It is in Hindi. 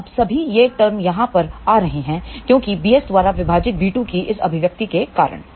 अबसभी ये टर्म यहाँ पर आ रहे हैं क्योंकि bs द्वारा विभाजित b2 की इस अभिव्यक्ति के कारण